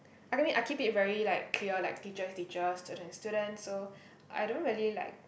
I can be I keep it very like clear like teachers is teachers students is students so I don't really like